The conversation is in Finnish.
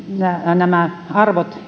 nämä arvot